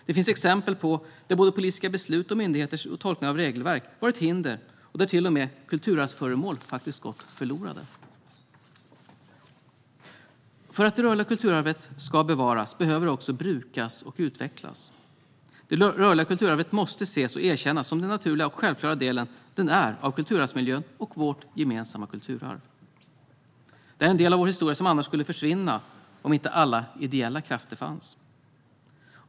Det finns fall där politiska beslut och myndigheters tolkningar av regelverk har varit hinder och där till och med kulturarvsföremål gått förlorade. För att det rörliga kulturarvet ska bevaras behöver det också brukas och utvecklas. Det rörliga kulturarvet måste ses och erkännas som den naturliga och självklara del av kulturarvsmiljön och vårt gemensamma kulturarv som det är. Detta är en del av vår historia som skulle försvinna om inte alla ideella krafter fanns.